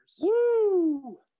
Woo